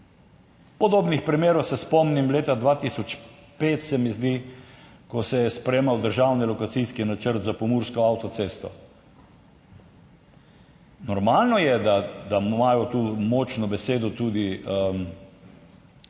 Podobnih primerov se spomnim leta 2005, se mi zdi, ko se je sprejemal državni lokacijski načrt za pomursko avtocesto. Normalno je, da imajo tu močno besedo tudi,